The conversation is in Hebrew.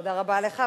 תודה רבה לך.